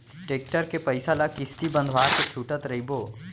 tractor के पइसा ल किस्ती बंधवा के छूटत रइबो